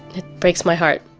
it breaks my heart.